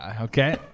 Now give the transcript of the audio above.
Okay